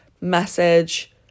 message